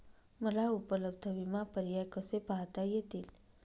मला उपलब्ध विमा पर्याय कसे पाहता येतील?